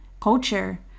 Culture